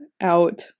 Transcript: out